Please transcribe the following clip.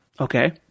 Okay